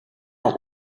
not